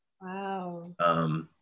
Wow